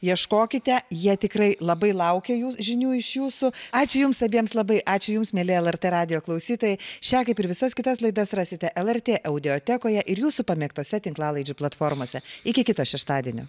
ieškokite jie tikrai labai laukia jų žinių iš jūsų ačiū jums abiems labai ačiū jums mieli lrt radijo klausytojai šią kaip ir visas kitas laidas rasite lrt audiotekoje ir jūsų pamėgtose tinklalaidžių platformose iki kito šeštadienio